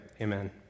Amen